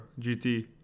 GT